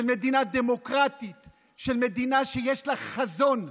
של מדינה דמוקרטית, של מדינה שיש לה חזון,